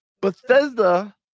Bethesda